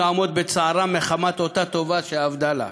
לעמוד בצערם מחמת אותה הטובה שאבדה לה.